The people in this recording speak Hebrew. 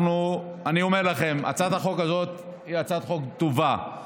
אני אומר לכם, הצעת החוק הזאת היא הצעת חוק טובה.